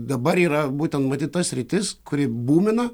dabar yra būtent matyt ta sritis kuri būmina